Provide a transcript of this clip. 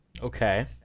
Okay